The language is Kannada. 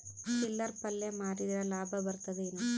ಚಿಲ್ಲರ್ ಪಲ್ಯ ಮಾರಿದ್ರ ಲಾಭ ಬರತದ ಏನು?